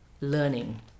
learning